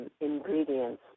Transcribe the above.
Ingredients